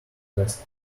west